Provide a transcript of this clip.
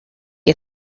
you